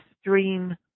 stream